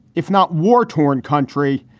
if not war torn country,